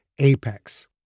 Apex